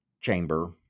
chamber